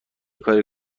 کاری